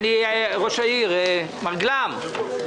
הישיבה ננעלה בשעה 14:06.